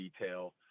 detail